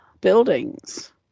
buildings